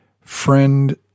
friend